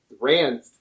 ran